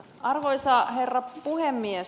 arvoisa herra puhemies